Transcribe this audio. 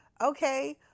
Okay